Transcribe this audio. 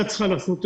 רח"ל.